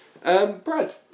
Brad